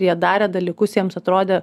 jie darė dalykus jiems atrodė